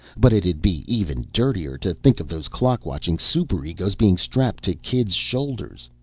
but it'd be even dirtier to think of those clock-watching superegos being strapped to kids' shoulders.